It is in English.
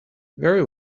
very